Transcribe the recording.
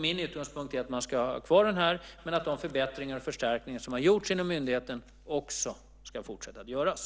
Min utgångspunkt är att man ska ha kvar myndigheten men att de förbättringar och förstärkningar som har gjorts inom myndigheten också ska fortsätta att göras.